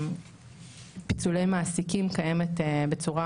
פיצולי מעסיקים זו תופעה שקיימת בצורה